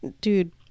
dude